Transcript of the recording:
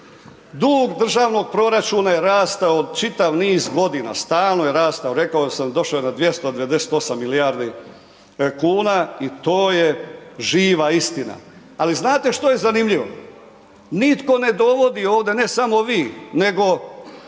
dug državnog proračuna je rastao čitav niz godina, stalno je rastao, rekao sam došo je na 298 milijardi kuna i to je živa istina. Ali znate što je zanimljivo? Nitko ne dovodi ovde, ne samo vi, nego